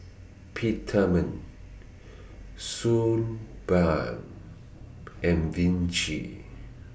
Peptamen Suu Balm and Vichy